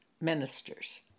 ministers